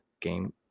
game